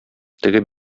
теге